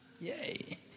Yay